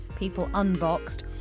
peopleunboxed